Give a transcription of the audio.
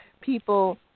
people